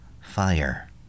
Fire